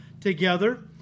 together